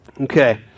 Okay